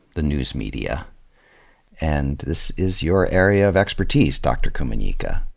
the news media and this is your area of expertise, dr. kumanyika.